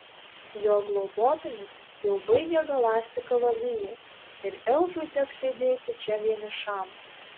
jo globotinis jau baigia galąsti kalaviją ir elfui teks sėdėti čia vienišam